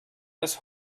das